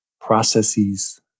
processes